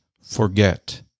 forget